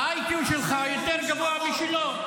שה-IQ יותר גבוה משלו.